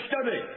study